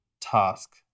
task